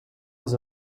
was